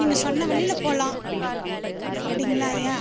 நீங்கள் சொன்ன வழியில் போகலாம் அப்படிங்களா ஐயா